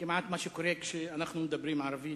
כמעט מה שקורה כשאנחנו מדברים ערבית,